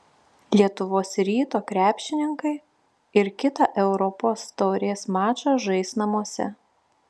lietuvos ryto krepšininkai ir kitą europos taurės mačą žais namuose